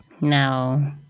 No